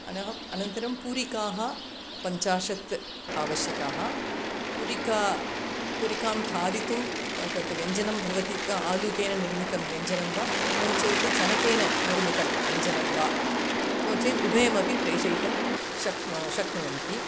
अनः अनन्तरं पूरिकाः पञ्चाशत् आवश्यकाः पूरिका पूरिकां खादितुं तत् व्यञ्जनं भवति क आलुकेन निर्मितं व्यञ्जनं वा नो चेत् चणकेन निर्मितं व्यञ्जनं वा नो चेत् उभयमपि प्रेषयितुं शक्न शक्नुवन्ति